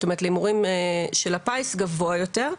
כלומר להימורים של הפיס גבוה יותר.